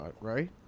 right